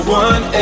one